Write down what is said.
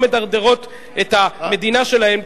לא מדרדרות את המדינה שלהן,